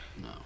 no